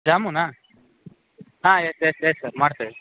ಜಾಮೂನ ಹಾಂ yes yes yes sir ಮಾಡ್ತೇವೆ